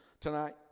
tonight